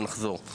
אבל נחזור.